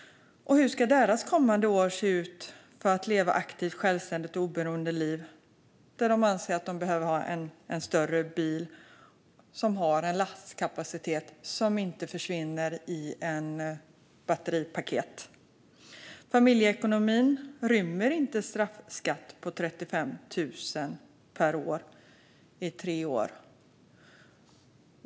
Hur ska denna familjs kommande år se ut för att de ska kunna leva ett aktivt, självständigt och oberoende liv? De anser sig behöva en större bil med en lastkapacitet som inte försvinner i ett batteripaket. Familjeekonomin rymmer inte en straffskatt på 35 000 kronor per år i tre år.